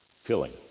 filling